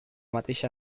mateixa